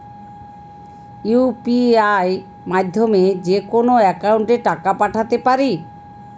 UPI মাধ্যমে যেকোনো একাউন্টে টাকা পাঠাতে পারি?